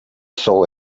saw